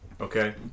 Okay